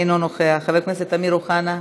אינו נוכח, חבר הכנסת אמיר אוחנה,